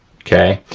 okay,